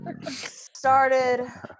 started